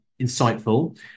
insightful